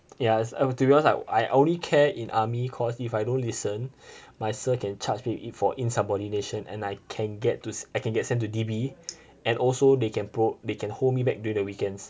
yeah it's a to be honest like I only care in army cause if I don't listen my sir can charge me for insubordination and I can get to I can get sent to D_B and also they can pro~ they can hold me back during the weekends